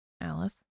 Alice